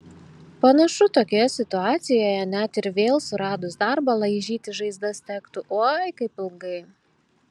panašu tokioje situacijoje net ir vėl suradus darbą laižytis žaizdas tektų oi kaip ilgai